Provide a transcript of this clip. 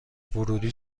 ورودی